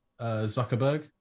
Zuckerberg